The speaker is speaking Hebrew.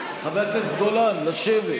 חבר הכנסת גולן, לשבת.